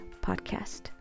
podcast